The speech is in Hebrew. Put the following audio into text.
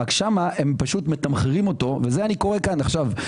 רק שם מתמחרים אותו וזה אני קורא כאן עכשיו,